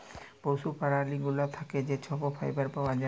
পশু প্যারালি গুলা থ্যাকে যে ছব ফাইবার পাউয়া যায়